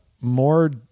more